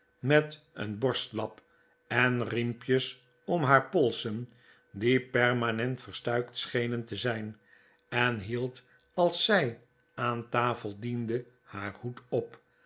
met een borstlap en riempjes om haar polsen die permanent verstuikt schenen te zijn en hield als zij aan tafel diende haar hoed op